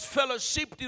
fellowship